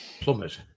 plumbers